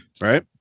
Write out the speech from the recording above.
right